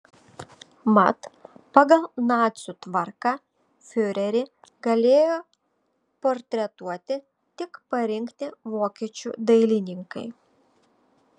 mat pagal nacių tvarką fiurerį galėjo portretuoti tik parinkti vokiečių dailininkai